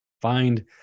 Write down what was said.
find